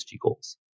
goals